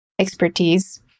expertise